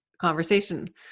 conversation